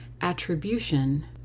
attribution